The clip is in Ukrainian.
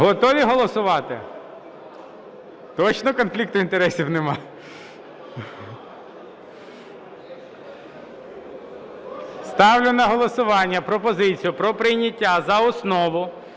Готові голосувати? Точно конфлікту інтересів нема? Ставлю на голосування пропозицію про прийняття за основу